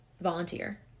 volunteer